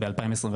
כן, ב-2021.